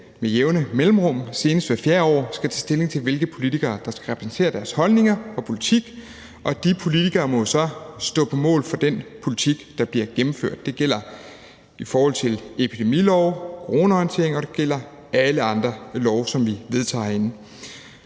med jævne mellemrum, senest hvert fjerde år, skal tage stilling til, hvilke politikere der skal repræsentere deres holdninger og politik, og de politikere må jo så stå på mål for den politik, der bliver gennemført. Det gælder i forhold til epidemilove og coronahåndtering, og det gælder alle andre love, som vi vedtager herinde.